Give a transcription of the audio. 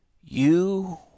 You